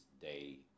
day